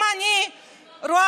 חשוב, אם אני רואה,